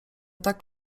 tak